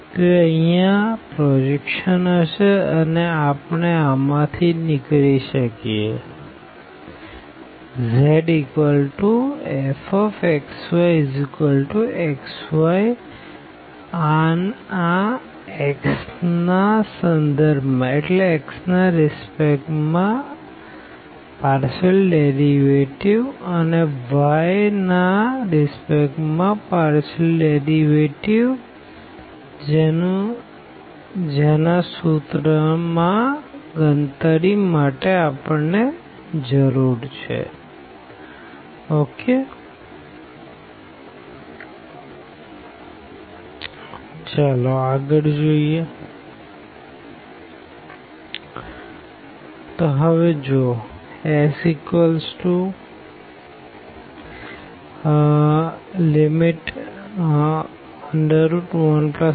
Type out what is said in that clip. તો એ અહિયાં પ્રોજેક્શન હશે અને આપણે આમાં થી નીકળી શકીએ zfxyxy આ x ના સંદર્ભ માં પાર્ડેશિઅલ ડેરીવેટીવઅને y ના સંદર્ભ માં પાર્ડેશિઅલ ડેરીવેટીવ જેની સૂત્ર માં ગણતરી માટે જરૂર છે